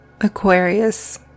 Aquarius